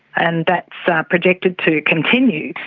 and that that projected to continue.